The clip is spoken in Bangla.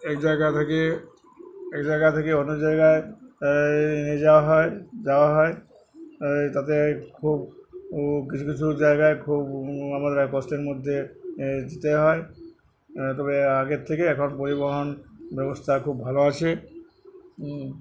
এই জায়গা থেকে এই জায়গা থেকে অন্য জায়গায় নিয়ে যাওয়া হয় যাওয়া হয় তাতে খুব কিছু কিছু জায়গায় খুব আমাদের কষ্টের মধ্যে যেতে হয় তবে আগের থেকে এখন পরিবহণ ব্যবস্থা খুব ভালো আছে